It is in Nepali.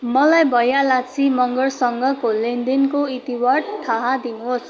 मलाई भयलाक्षी मगरसँगको लेनदेनको इतिवृत थाहा दिनुहोस्